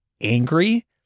angry